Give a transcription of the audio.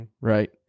Right